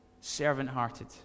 Servant-hearted